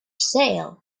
sale